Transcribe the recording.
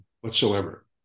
whatsoever